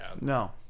No